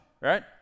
right